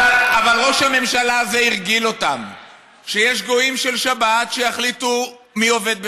אבל ראש הממשלה הזה הרגיל אותם שיש גויים של שבת שיחליטו מי עובד בשבת,